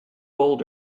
old